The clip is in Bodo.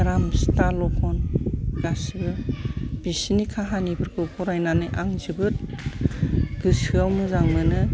राम सिता लखन गासिबो बिसोरनि खाहानिफोरखौ फरायनानै आं जोबोर गोसोयाव मोजां मोनो